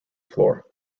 floor